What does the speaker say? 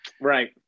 Right